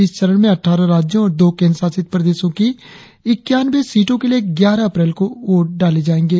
इस चरण में अट्टारह राज्यों और दो केंद्र शासित प्रदेशों की इक्वानवें सीटों के लिए ग्यारह अप्रैल को वोट डाले जाएंगे